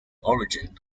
origin